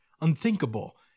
unthinkable